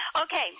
Okay